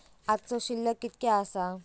आजचो शिल्लक कीतक्या आसा?